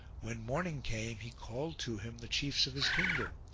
when morning came he called to him the chiefs of his kingdom,